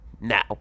Now